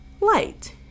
light